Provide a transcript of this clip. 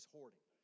hoarding